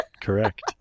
correct